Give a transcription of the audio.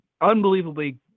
unbelievably